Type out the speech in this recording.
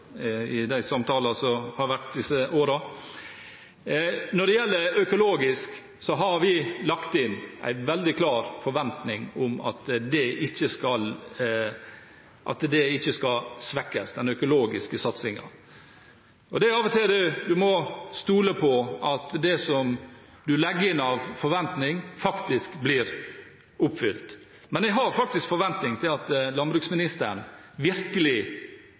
de samtalene som vi har hatt disse årene. Når det gjelder økologisk jordbruk, har vi lagt inn en veldig klar forventning om at satsingen på det ikke skal svekkes. Og av og til må man stole på at det som man legger inn av forventninger, faktisk blir oppfylt. Jeg har forventninger om at landbruksministeren virkelig